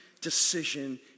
decision